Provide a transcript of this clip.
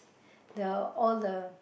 the all the